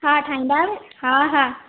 हा ठाहींदा हा हा